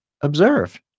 observe